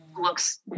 looks –